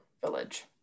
village